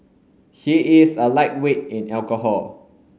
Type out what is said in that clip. he is a lightweight in alcohol